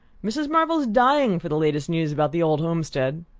mrs. marvell's dying for the last news about the old homestead.